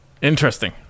interesting